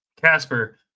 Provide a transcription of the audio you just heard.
Casper